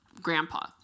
grandpa